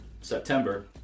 September